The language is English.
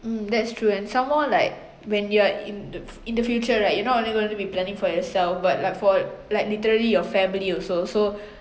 mm that's true and some more like when you're in th~ in the future right you're not only going to be planning for yourself but like for like literally your family also so